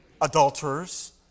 Adulterers